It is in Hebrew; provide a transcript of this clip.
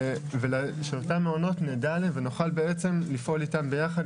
כך שנוכל לפעול יחד עם המעונות,